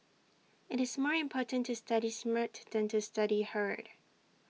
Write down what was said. IT is more important to study smart than to study hard